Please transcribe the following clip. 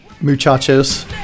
muchachos